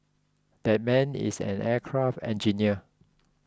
that man is an aircraft engineer